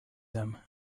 them